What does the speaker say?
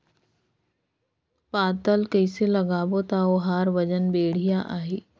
पातल कइसे लगाबो ता ओहार वजन बेडिया आही?